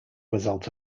result